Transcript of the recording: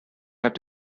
have